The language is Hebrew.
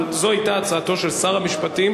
אבל זאת היתה הצעתו של שר המשפטים,